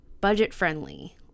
Budget-friendly